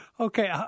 Okay